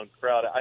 crowd